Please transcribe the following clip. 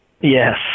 Yes